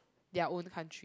their own country